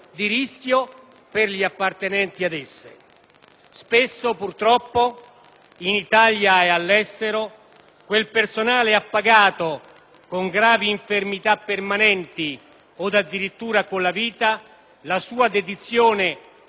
Spesso, purtroppo, in Italia e all'estero quel personale ha pagato con gravi infermità permanenti o addirittura con la vita la sua dedizione al servizio e al bene del Paese.